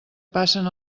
passen